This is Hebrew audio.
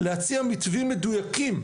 להציע מתווים מדויקים,